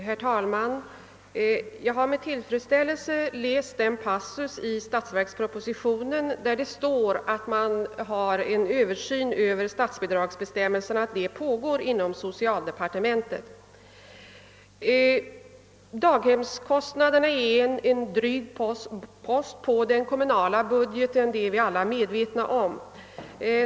Herr talman! Jag har med tillfredsställelse läst den passus i statsverkspropositionen där det talas om att en översyn av statsbidragsbestämmelserna pågår inom socialdepartementet. Daghemskostnaderna är en dryg post på den kommunala budgeten; det är vi alla medvetna om.